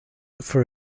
for